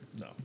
No